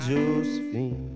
Josephine